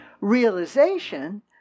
Realization